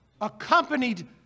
Accompanied